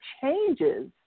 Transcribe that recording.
changes